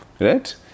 Right